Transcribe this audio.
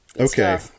Okay